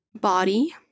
Body